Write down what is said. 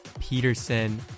Peterson